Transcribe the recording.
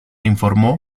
informó